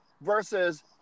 versus